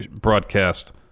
broadcast